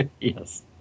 yes